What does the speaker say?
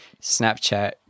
Snapchat